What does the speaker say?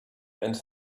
and